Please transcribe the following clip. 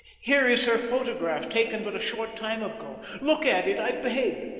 here is her photograph taken but a short time ago. look at it i beg.